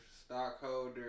stockholder